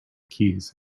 keys